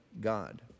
God